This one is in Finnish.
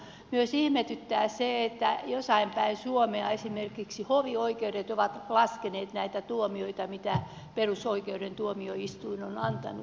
myös ihmetyttää se että jossain päin suomea esimerkiksi hovioikeudet ovat laskeneet näitä tuomioita mitä perusoikeuden tuomioistuin on antanut